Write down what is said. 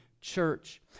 church